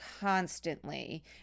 constantly